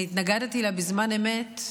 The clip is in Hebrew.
אני התנגדתי לה בזמן אמת,